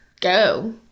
go